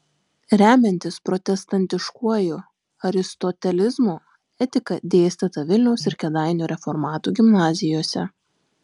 remiantis protestantiškuoju aristotelizmu etika dėstyta vilniaus ir kėdainių reformatų gimnazijose